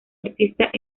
artistas